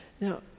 Now